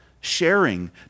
sharing